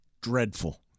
dreadful